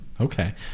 Okay